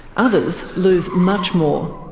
others lose much more.